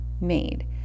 made